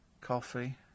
coffee